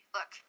Look